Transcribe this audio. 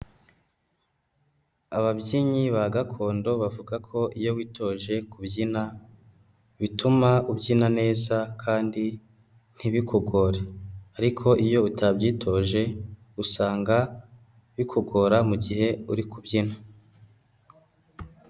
Ababyinnyi ba gakondo bavuga ko iyo witoje kubyina, bituma ubyina neza kandi ntibikugore, ariko iyo utabyitoje usanga bikugora mu gihe uri kubyina.